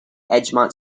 edgemont